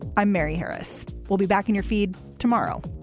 i'm mary harris. we'll be back in your feed tomorrow